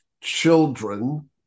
children